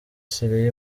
siriya